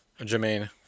Jermaine